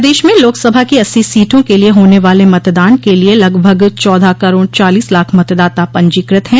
प्रदेश में लोकसभा की अस्सी सीटों के लिये होने वाले मतदान के लिये लगभग चौदह करोड़ चालीस लाख मतदाता पंजीकृत हैं